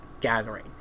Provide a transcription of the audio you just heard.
gathering